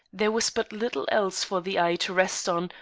there was but little else for the eye to rest on,